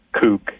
kook